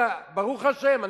ברוך השם,